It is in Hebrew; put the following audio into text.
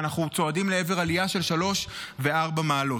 ואנחנו צועדים לעבר עלייה של שלוש וארבע מעלות.